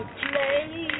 play